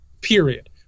period